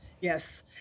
Yes